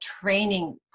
training